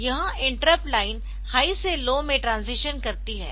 यह interrupt line high से low में ट्रांजीशन करती है